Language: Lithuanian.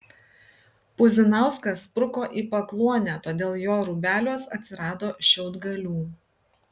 puzinauskas spruko į pakluonę todėl jo rūbeliuos atsirado šiaudgalių